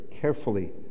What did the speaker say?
carefully